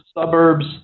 suburbs